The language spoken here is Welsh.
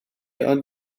ond